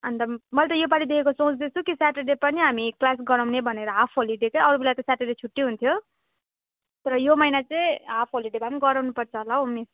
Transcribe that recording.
अन्त मैले त यो पालिदेखिको सोच्दैछु कि सेटरडे पनि हामी क्लास गराउने भनेर हाफ होलिडे के अरू बेला सेटरडे त छुट्टी हुन्थ्यो तर यो महिना चाहिँ हाफ होलिडे भए पनि गराउन पर्छ होला हो मिस